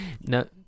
No